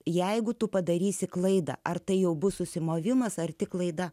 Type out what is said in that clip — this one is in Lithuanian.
jeigu tu padarysi klaidą ar tai jau bus susimovimas ar tik klaida